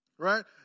Right